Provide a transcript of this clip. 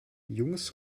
jungs